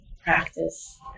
practice